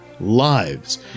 lives